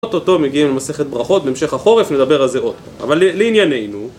אוטוטו מגיעים למסכת ברכות, בהמשך החורף נדבר על זה עוד פעם, אבל לענייננו...